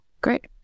Great